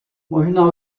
možná